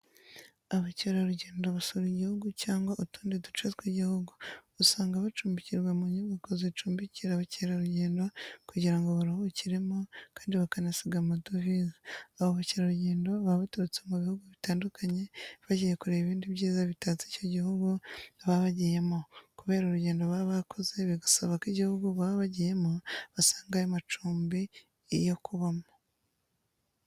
Abakerarugendo basura igihugu cyangwa utundi duce tw'igihugu, usanga bacumbikirwa mu nyubako zicumbikira abakerarugendo kugira ngo baruhukiremo kandi bakanasiga amadovize, abo bakerarugendo baba baturutse mu bihugu bitandukanye bagiye kureba ibindi byiza bitatse icyo gihugu baba bagiyemo kubera urugendo baba bakoze bigasaba ko igihugu baba bagiyemo basangayo amacumbi yo kubamo.